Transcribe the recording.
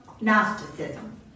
Gnosticism